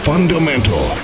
Fundamental